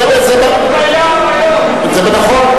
זה קיים היום, זה נכון.